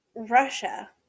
Russia